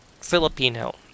filipino